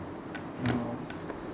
no